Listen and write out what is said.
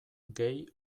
gehi